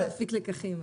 זה רק להפיק לקחים.